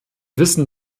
wissen